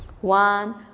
one